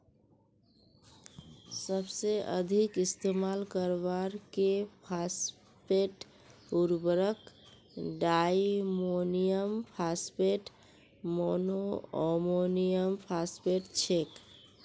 सबसे अधिक इस्तेमाल करवार के फॉस्फेट उर्वरक डायमोनियम फॉस्फेट, मोनोअमोनियमफॉस्फेट छेक